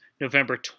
November